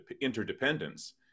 interdependence